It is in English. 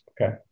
Okay